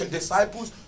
disciples